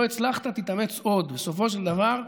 לא הצלחת, תתאמץ עוד, בסופו של דבר,